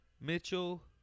Mitchell